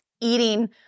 eating